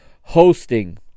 hosting